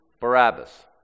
Barabbas